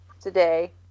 today